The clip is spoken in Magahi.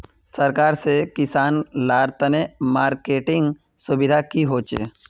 सरकार से किसान लार तने मार्केटिंग सुविधा की होचे?